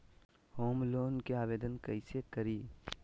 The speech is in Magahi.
होम लोन के आवेदन कैसे करि?